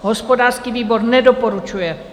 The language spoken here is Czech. Hospodářský výbor nedoporučuje.